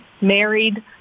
married